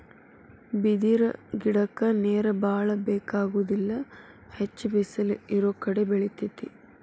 ಬಿದಿರ ಗಿಡಕ್ಕ ನೇರ ಬಾಳ ಬೆಕಾಗುದಿಲ್ಲಾ ಹೆಚ್ಚ ಬಿಸಲ ಇರುಕಡೆ ಬೆಳಿತೆತಿ